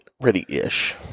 ready-ish